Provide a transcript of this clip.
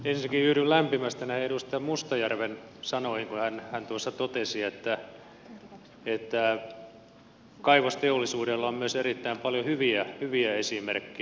ensinnäkin yhdyn lämpimästi edustaja mustajärven sanoihin kun hän tuossa totesi että kaivosteollisuudessa on myös erittäin paljon hyviä esimerkkejä